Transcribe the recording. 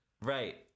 Right